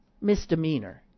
misdemeanor